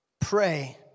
Pray